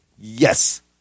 Yes